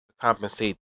compensate